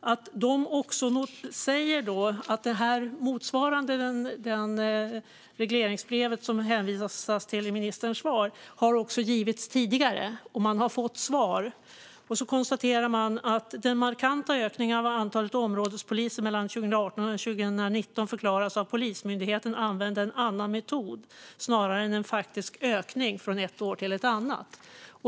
att man säger att motsvarande det som sägs i regleringsbrevet som hänvisas till i ministerns svar också har givits tidigare. Man har fått svar. Man konstaterar att den markanta ökningen av antalet områdespoliser mellan 2018 och 2019 förklaras av att Polismyndigheten använde en annan metod snarare än en faktisk ökning från ett år till ett annat.